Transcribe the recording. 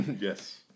Yes